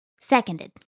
Seconded